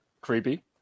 Creepy